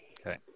Okay